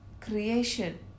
creation